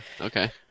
Okay